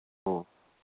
ꯑꯣ